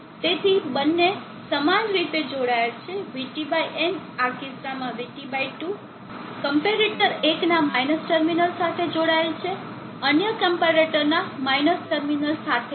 તેથી બંને સમાન રીતે જોડાયેલા છે VTn આ કિસ્સામાં VT2 ક્મ્પેરેટર 1 ના - ટર્મિનલ સાથે જોડાયેલ છે અન્ય ક્મ્પેરેટરના - ટર્મિનલ સાથે પણ